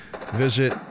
visit